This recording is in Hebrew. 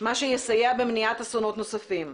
וזה יסייע במניעת אסונות נוספים.